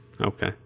Okay